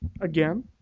again